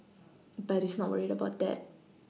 but he's not worried about that